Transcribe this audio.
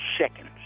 seconds